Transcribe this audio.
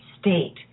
state